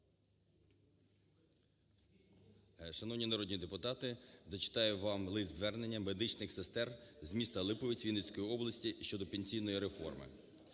Шановні народні депутати, зачитаю вам лист-звернення медичних сестер з міста Липовець Вінницької області щодо пенсійної реформи.